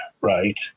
right